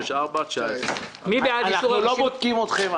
13-364-19. אנחנו לא בודקים אתכם.